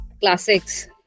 classics